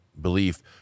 belief